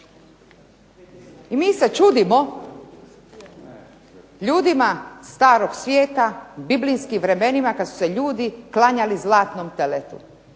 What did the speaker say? I mi se čudimo ljudima starog svijeta u biblijskim vremenima kada su se ljudi klanjali zlatnom teletu.